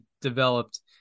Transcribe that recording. developed